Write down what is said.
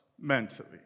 mentally